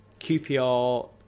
QPR